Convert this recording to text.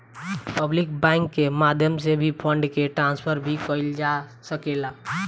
public banking के माध्यम से भी फंड के ट्रांसफर भी कईल जा सकेला